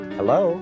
Hello